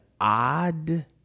odd